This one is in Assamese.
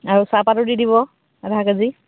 আৰু চাহপাতৰ দি দিব আধা কেজি